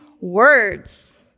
words